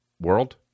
world